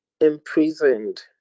imprisoned